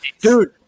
dude